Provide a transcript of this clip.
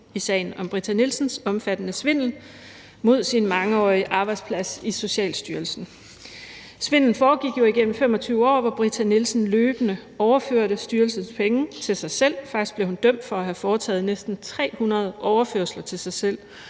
i sagen om Britta Nielsens omfattende svindel mod sin mangeårige af arbejdsplads i Socialstyrelsen. Svindelen foregik jo igennem 25 år, hvor Britta Nielsen løbende overførte styrelsens penge til sig selv. Faktisk blev hun dømt for at have foretaget næsten 300 overførsler til sig selv,